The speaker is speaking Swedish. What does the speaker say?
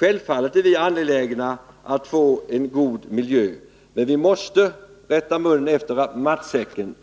Självfallet är vi angelägna att få en god miljö, men vi måste rätta munnen efter matsäcken.